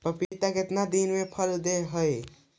पपीता कितना दिन मे फल दे हय?